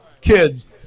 kids